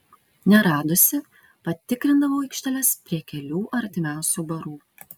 neradusi patikrindavau aikšteles prie kelių artimiausių barų